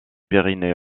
pyrénées